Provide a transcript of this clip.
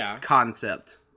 concept